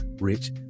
Rich